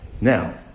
Now